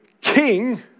king